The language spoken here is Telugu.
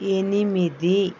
ఎనిమిది